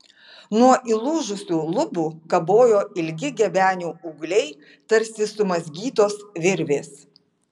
nuo įlūžusių lubų kabojo ilgi gebenių ūgliai tarsi sumazgytos virvės